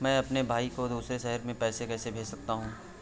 मैं अपने भाई को दूसरे शहर से पैसे कैसे भेज सकता हूँ?